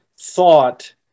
thought